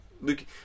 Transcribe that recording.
look